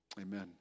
Amen